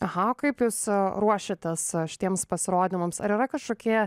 aha kaip jūs ruošiatės šitiems pasirodymams ar yra kažkokie